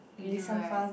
we do right